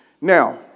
Now